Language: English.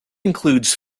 includes